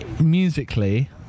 musically